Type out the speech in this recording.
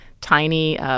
tiny